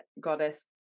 goddess